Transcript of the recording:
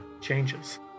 changes